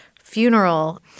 funeral